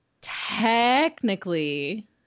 Technically